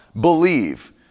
believe